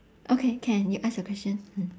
okay can you ask your question